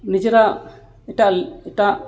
ᱱᱤᱡᱮᱨᱟᱜ ᱮᱴᱟᱜ ᱮᱴᱟᱜ